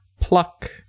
pluck